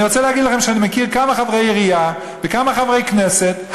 אני רוצה להגיד לכם שאני מכיר כמה חברי עירייה וכמה חברי כנסת,